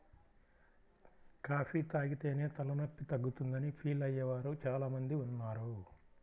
coffee తాగితేనే తలనొప్పి తగ్గుతుందని ఫీల్ అయ్యే వారు చాలా మంది ఉన్నారు